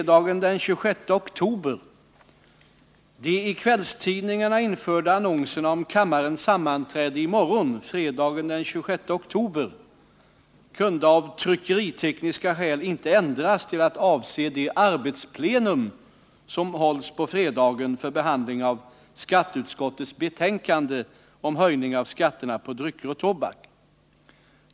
De i kvällstidningarna införda annonserna om kammarens sammanträde i morgon, fredagen den 26 oktober, kunde av tryckeritekniska skäl inte ändras till att avse det arbetsplenum som hålls på fredagen för behandling av skatteutskottets betänkande om höjning av skatterna på drycker och tobak.